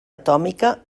atòmica